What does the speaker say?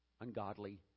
ungodly